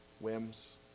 whims